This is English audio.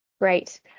Great